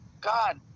god